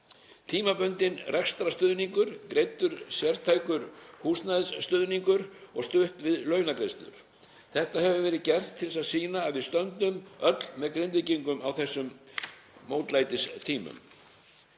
tímabundinn rekstrarstuðningur, greiddur sértækur húsnæðisstuðningur og stutt við launagreiðslur. Þetta hefur verið gert til að sýna að við stöndum öll með Grindvíkingum á þessum mótlætistímum